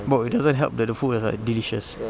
bro it doesn't help that the food is like delicious